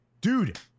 dude